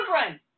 children